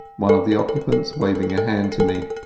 one of the occupants waving a hand to me.